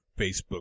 Facebook